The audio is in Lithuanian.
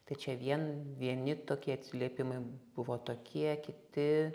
tai čia vien vieni tokie atsiliepimai buvo tokie kiti